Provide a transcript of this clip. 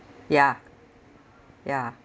ya ya